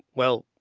well,